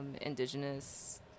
indigenous